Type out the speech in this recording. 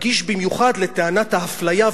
רגיש במיוחד לטענת האפליה.